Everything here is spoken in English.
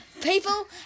People